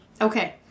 Okay